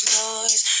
noise